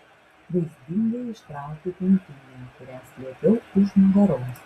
vaizdingai ištraukiu pintinę kurią slėpiau už nugaros